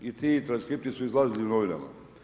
I ti transkripti su izlazili u novinama.